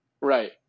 right